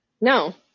no